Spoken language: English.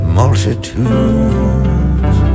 multitudes